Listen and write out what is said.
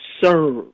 serve